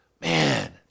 Man